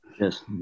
Yes